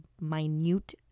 minute